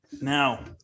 Now